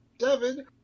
seven